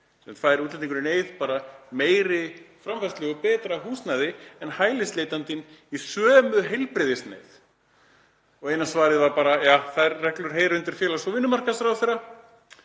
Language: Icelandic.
neyð. Fær útlendingur í neyð meiri framfærslu og betra húsnæði en hælisleitandi í sömu heilbrigðisneyð? Eina svarið var: Þær reglur heyra undir félags- og vinnumarkaðsráðherra.